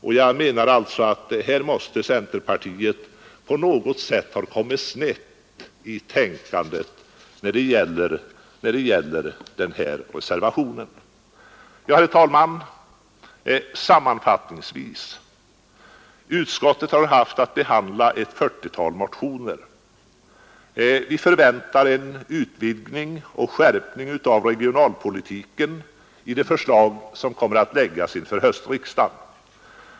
Centerpartiet måste alltså på något sätt ha kommit snett i det resonemang som förs i reservationen 8. Sammanfattningsvis vill jag säga att utskottet har haft att behandla ett fyrtiotal motioner. Vi förväntar en utvidgning och skärpning av regionalpolitiken i det förslag som kommer att framläggas inför höstriksdagen.